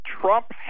Trump